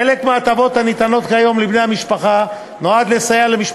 חלק מההטבות הניתנות היום לבני המשפחה נועד לסייע לבני